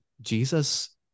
Jesus